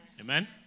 Amen